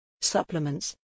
Supplements